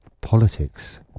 politics